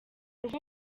rwo